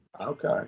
Okay